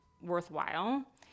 worthwhile